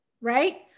right